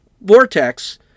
vortex